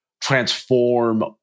transform